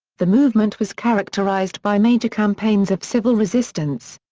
the movement was characterized by major campaigns of civil resistance.